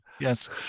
Yes